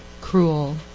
cruel